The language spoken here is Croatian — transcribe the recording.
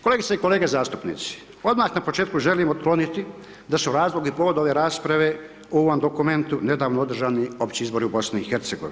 Kolegice i kolege zastupnici, odmah na početku želim otkloniti sa su razlog i povod ove rasprave u ovom dokumentu nedavno održani opći izbori u BIH.